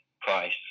price